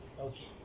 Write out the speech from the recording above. Okay